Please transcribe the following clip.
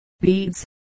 beads